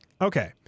Okay